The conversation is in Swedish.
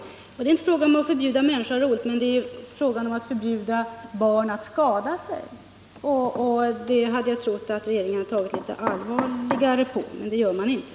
Det är som sagt inte fråga om att förbjuda människor att ha roligt, men det är fråga om att hindra barn från att skada sig, och det hade jag väntat att regeringen skulle ta litet allvarligare på. Men det gör den inte.